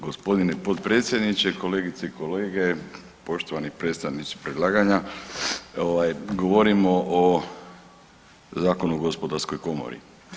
Gospodine potpredsjedniče, kolegice i kolege, poštovani predstavnici predlaganja govorimo o Zakonu o gospodarskoj komori.